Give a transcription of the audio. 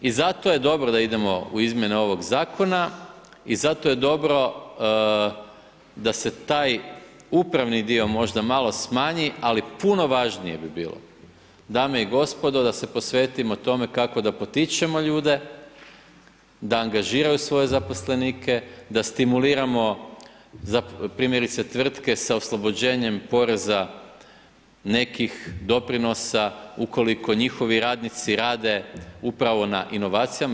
I zato je dobro da idemo u izmjene ovog zakona i zato je dobro da se taj upravni dio možda malo smanji, ali puno važnije bi bilo, dame i gospodo da se posvetimo tome kako da potičemo ljude, da angažiraju svoje zaposlenike, da stimuliramo primjerice tvrtke sa oslobođenjem poreza nekih doprinosa, ukoliko njihovi radnici rade upravo na inovacijama.